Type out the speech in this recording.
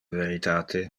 veritate